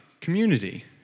community